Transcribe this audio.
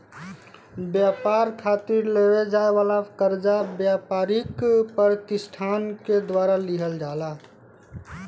ब्यपार खातिर लेवे जाए वाला कर्जा ब्यपारिक पर तिसठान के द्वारा लिहल जाला